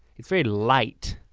it's very light.